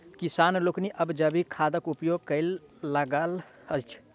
किसान लोकनि आब जैविक खादक उपयोग करय लगलाह अछि